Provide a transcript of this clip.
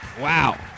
Wow